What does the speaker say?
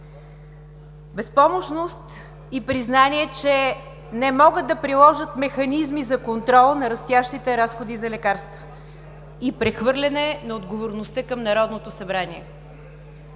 Безпомощност и признание, че не могат да приложат механизми за контрол на растящите разходи за лекарства и прехвърляне на отговорността към Народното събрание.